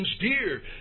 dear